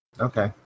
Okay